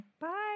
Bye